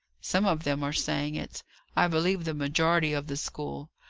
some of them are saying it i believe the majority of the school.